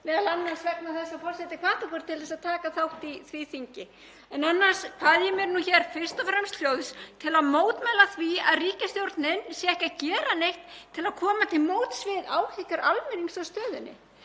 var m.a. vegna þess að forseti hvatti okkur til að taka þátt í því þingi. Annars kvaddi ég mér fyrst og fremst hljóðs til að mótmæla því að ríkisstjórnin sé ekki að gera neitt til að koma til móts við áhyggjur almennings af stöðunni.